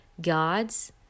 God's